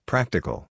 Practical